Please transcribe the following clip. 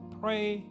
pray